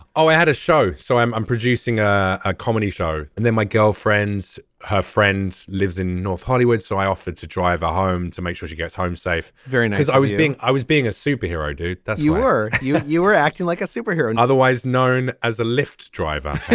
oh i had a show so i'm i'm producing a a comedy show and then my girlfriend's friends lives in north hollywood so i offered to drive a home to make sure she gets home safe. very nice. i was being i was being a superhero dude. that's you were you. you were acting like a superhero and otherwise known as a lift driver.